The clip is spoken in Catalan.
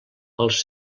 els